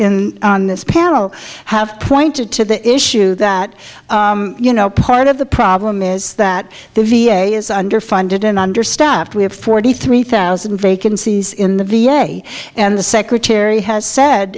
on this panel have pointed to the issue that you know part of the problem is that the v a is underfunded and understaffed we have forty three thousand vacancies in the v a and the secretary has said